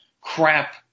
crap